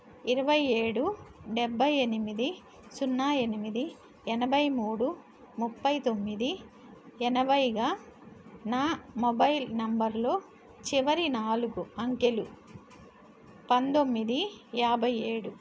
ఇరవై ఏడు డెబ్బై ఎనిమిది సున్నా ఎనిమిది ఎనభై మూడు ముప్పై తొమ్మిది ఎనభై నా మొబైల్ నెంబర్లో చివరి నాలుగు అంకెలు పంతొమ్మిది యాభై ఏడు